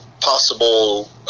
possible